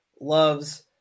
loves